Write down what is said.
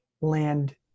land